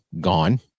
gone